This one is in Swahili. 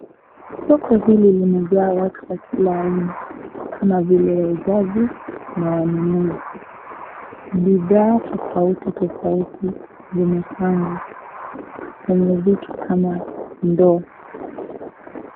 Soko hili kimejaa watu wa kila aina kama vile wauzaji na wanunuzi, bidhaa tofauti tofauti zimepangwa na ni vitu kama ndoo.